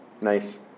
Nice